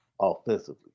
offensively